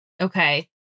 Okay